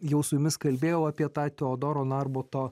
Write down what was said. jau su jumis kalbėjau apie tą teodoro narbuto